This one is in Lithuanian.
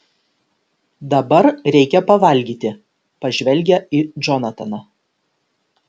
dabar reikia pavalgyti pažvelgia į džonataną